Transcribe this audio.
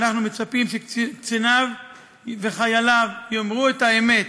אנחנו מצפים שקציניו וחייליו יאמרו את האמת,